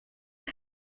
کنم